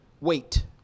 wait